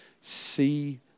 see